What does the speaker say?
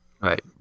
Right